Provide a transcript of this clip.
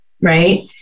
right